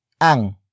ang